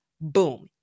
Boom